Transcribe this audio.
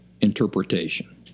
interpretation